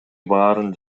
баарын